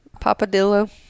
Papadillo